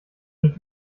mit